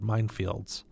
Minefields